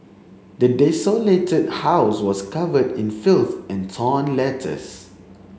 the desolated house was covered in filth and torn letters